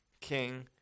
king